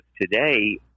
today